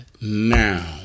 now